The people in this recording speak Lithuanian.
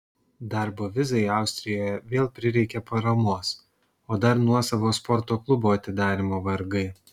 darbo vizai austrijoje vėl prireikė paramos o dar nuosavo sporto klubo atidarymo vargai